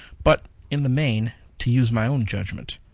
but, in the main, to use my own judgment.